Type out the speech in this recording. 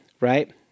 Right